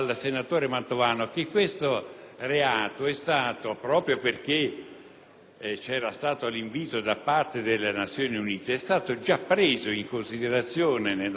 c'era stato un invito da parte delle Nazioni Unite, era stato già preso in considerazione nella scorsa legislatura; il relativo